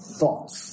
thoughts